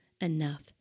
enough